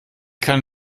kann